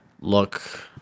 look